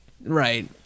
Right